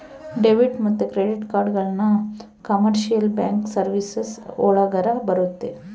debit ಮತ್ತೆ credit ಕಾರ್ಡ್ಗಳನ್ನ commercial bank services ಒಳಗರ ಬರುತ್ತೆ